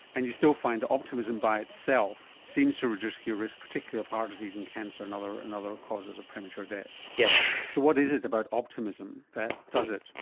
and you still find that optimism by itself seems to reduce your risk particularly of heart disease and cancer and other and other causes of premature death. yes. so what is it about optimism that does it?